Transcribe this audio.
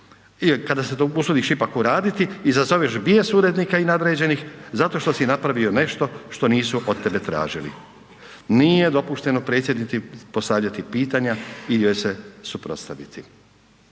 kada se usudiš ipak uraditi izazoveš bijes urednika i nadređenih zato što si napravio nešto što nisu od tebe tražili. Nije dopušteno predsjednici postavljati pitanja ili joj se suprotstaviti.